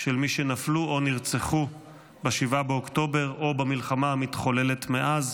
של מי שנפלו או נרצחו ב-7 באוקטובר או במלחמה המתחוללת מאז.